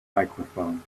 microphone